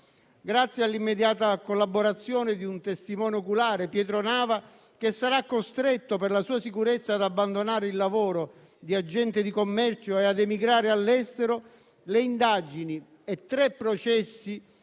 Grazie all'immediata collaborazione di un testimone oculare, Pietro Nava, che sarà costretto, per la sua sicurezza, ad abbandonare il lavoro di agente di commercio e ad emigrare all'estero, le indagini e tre processi